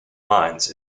mines